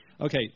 Okay